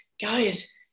guys